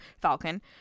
Falcon